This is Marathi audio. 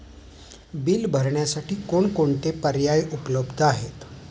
बिल भरण्यासाठी कोणकोणते पर्याय उपलब्ध आहेत?